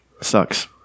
Sucks